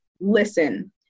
listen